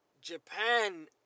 Japan